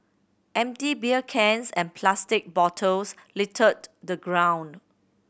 empty beer cans and plastic bottles littered the ground